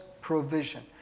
provision